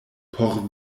por